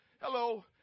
hello